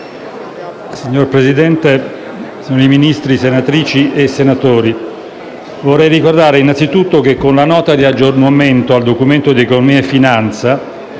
Signor Presidente, signori Ministri, senatrici e senatori, vorrei ricordare innanzitutto che con la Nota di aggiornamento al Documento di economia e finanza